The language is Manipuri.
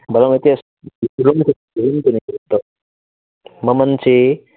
ꯕꯥꯠꯔꯨꯝ ꯑꯦꯇꯦꯁ ꯃꯃꯟꯁꯤ